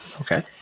Okay